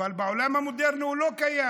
אבל בעולם המודרני הוא לא קיים.